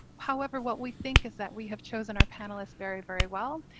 however what we think is that we have chosen our panelists very very well.